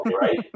right